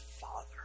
Father